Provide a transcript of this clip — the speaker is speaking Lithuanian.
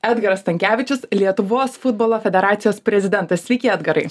edgaras stankevičius lietuvos futbolo federacijos prezidentas sveiki edgarai